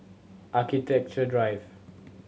Architecture Drive